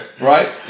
Right